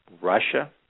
Russia